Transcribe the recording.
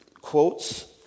quotes